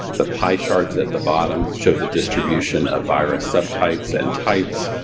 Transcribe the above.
the pie charts at the bottom show the distribution of virus subtypes and types.